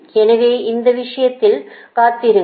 எனவே இந்த விஷயத்தில் காத்திருங்கள்